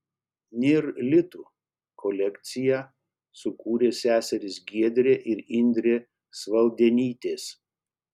nėr litų kolekciją sukūrė seserys giedrė ir indrė svaldenytės